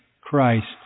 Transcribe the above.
Christ